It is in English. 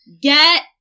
Get